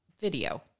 video